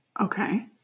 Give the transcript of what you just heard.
Okay